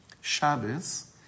Shabbos